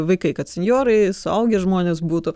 vaikai kad senjorai suaugę žmonės būtų